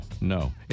no